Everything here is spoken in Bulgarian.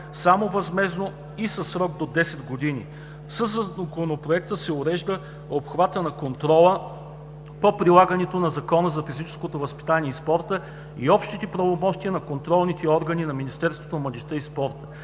само възмездно и със срок до 10 години. Със Законопроекта се урежда обхватът на контрола по прилагането на Закона за физическото възпитание и спорта и общите правомощия на контролните органи на Министерството